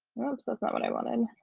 whoops, that's not what i wanted.